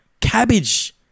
cabbage